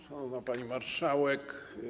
Szanowna Pani Marszałek!